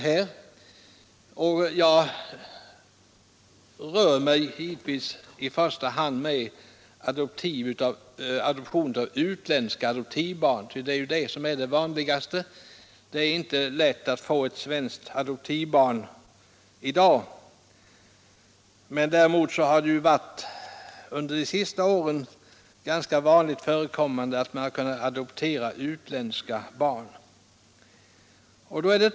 Jag talar givetvis i första hand om adoption av utländska barn — det är ju det vanligaste. Det är inte lätt att få ett svenskt adoptivbarn i dag. Däremot har det ju under de senaste åren varit ganska vanligt att man har kunnat adoptera utländska barn.